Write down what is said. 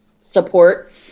support